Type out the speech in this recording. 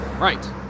Right